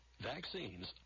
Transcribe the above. vaccines